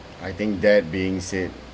I think that being said